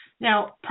Now